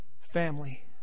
family